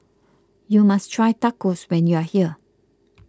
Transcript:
you must try Tacos when you are here